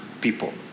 people